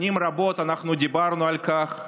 שנים רבות דיברנו על כך,